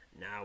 now